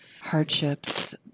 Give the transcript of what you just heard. hardships